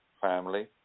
Family